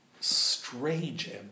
strange